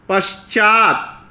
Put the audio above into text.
पश्चात्